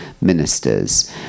ministers